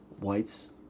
whites